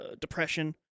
depression